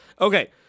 Okay